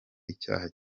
icyaha